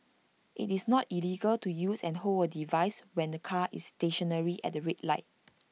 it's not illegal to use and hold A device when the car is stationary at the red light